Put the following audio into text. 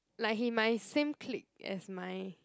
like he my same clique as my